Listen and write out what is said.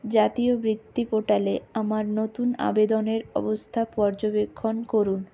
জাতীয় বৃত্তি পোর্টালে আমার নতুন আবেদনের অবস্থা পর্যবেক্ষণ করুন